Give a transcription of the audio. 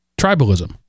tribalism